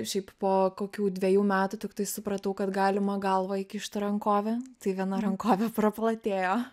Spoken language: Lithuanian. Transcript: šiaip po kokių dvejų metų tiktai supratau kad galima galvą įkišt rankovę tai viena rankovė praplatėjo